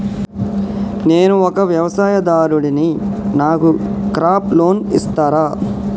నేను ఒక వ్యవసాయదారుడిని నాకు క్రాప్ లోన్ ఇస్తారా?